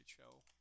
show